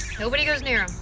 nobody goes near